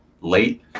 late